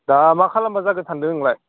दा मा खालामब्ला जागोन सानदों नोंलाय